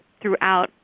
throughout